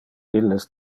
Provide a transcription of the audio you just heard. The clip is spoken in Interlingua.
illes